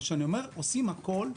וכשאני אומר "עושים הכול",